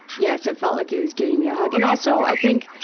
yes. it felt like he was giving me a hug. and also, i think,